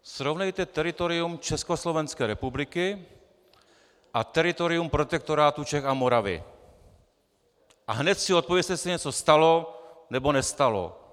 Srovnejte teritorium Československé republiky a teritorium protektorátu Čech a Moravy a hned si odpovězte, jestli se něco stalo, nebo nestalo.